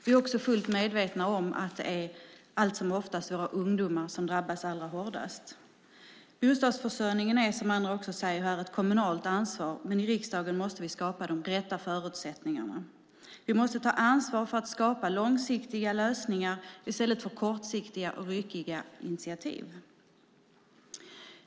Vi är också fullt medvetna om att det allt som oftast är våra ungdomar som drabbas hårdast. Bostadsförsörjningen är, som andra också säger här, ett kommunalt ansvar, men i riksdagen måste vi skapa de rätta förutsättningarna. Vi måste ta ansvar för att skapa långsiktiga lösningar i stället för kortsiktiga och ryckiga initiativ.